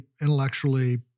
intellectually